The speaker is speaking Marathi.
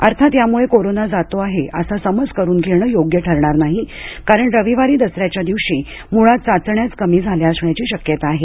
अर्थात यामुळे कोरोना जातो आहे असा समज करून घेणं योग्य ठरणार नाही कारण सोमवारी दसऱ्याच्या दिवशी मूळात चाचण्याच कमी झाल्या असण्याची शक्यता आहे